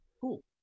Cool